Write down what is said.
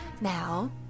now